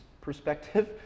perspective